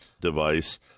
device